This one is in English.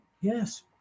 yes